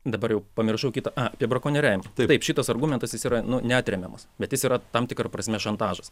dabar jau pamiršau a apie brakonieriavimą taip taip šitas argumentas yra nu neatremiamas bet jis yra tam tikra prasme šantažas